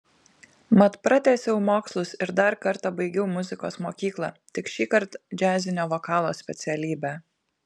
mat pratęsiau mokslus ir dar kartą baigiau muzikos mokyklą tik šįkart džiazinio vokalo specialybę